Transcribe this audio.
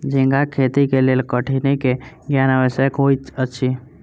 झींगाक खेती के लेल कठिनी के ज्ञान आवश्यक होइत अछि